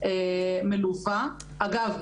מלווה ואגב,